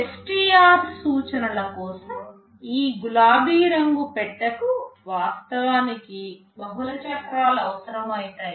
STR సూచనల కోసం ఈ గులాబీ రంగు పెట్టెకు వాస్తవానికి బహుళ చక్రాలు అవసరమవుతాయి